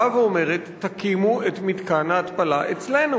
אומרת: תקימו את מתקן ההתפלה אצלנו.